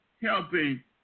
helping